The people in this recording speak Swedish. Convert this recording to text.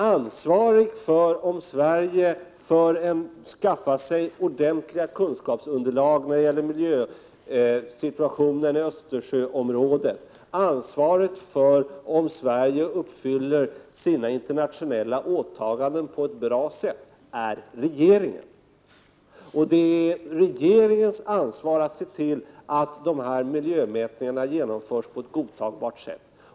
Ansvaret för om Sverige skaffar sig ordentligt kunskapsunderlag när det gäller miljösituationen i Östersjön och ansvaret för om Sverige uppfyller sina internationella åtaganden på ett bra sätt ligger hos regeringen. Det är regeringens ansvar att se till att miljömätningarna genomförs på ett godtagbart sätt.